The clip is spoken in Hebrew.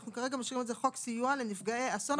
אנחנו כרגע משאירים את זה "חוק סיוע לנפגעי אסון",